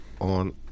on